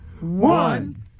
One